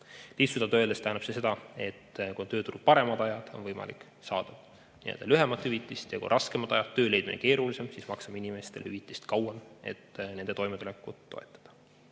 Lihtsustatult öeldes tähendab see seda, et kui tööturul on paremad ajad, siis on võimalik saada lühemalt hüvitist, ja kui on raskemad ajad, töö leidmine on keerulisem, siis maksame inimestele hüvitist kauem, et nende toimetulekut toetada.